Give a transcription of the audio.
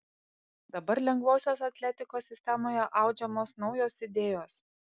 dabar lengvosios atletikos sistemoje audžiamos naujos idėjos